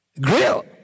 grill